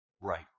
Right